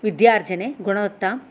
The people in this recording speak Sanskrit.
विद्यार्जने गुणवत्तां